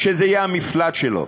שזה יהיה המפלט שלו.